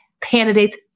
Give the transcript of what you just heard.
candidates